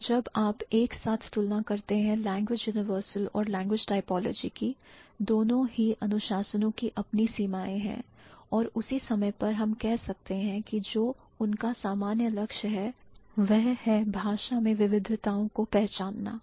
और जब आप एक साथ तुलना करते हैं language universal और language typology की दोनों ही अनुशासनओ की अपनी सीमाएं हैं और उसी समय पर हम कह सकते हैं कि जो उनका समान लक्ष्य है वह है भाषा में विविधताओं को पहचानना